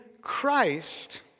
Christ